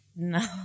No